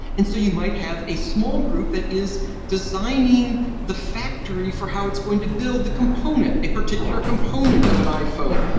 and so you might have a small group that is designing the factory for how it's going to build the component, a particular component of an iphone.